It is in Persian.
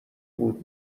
بود